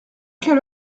quelle